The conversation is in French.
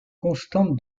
constante